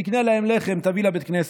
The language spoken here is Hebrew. תקנה להם לחם, תביא לבית הכנסת.